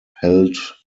held